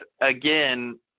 again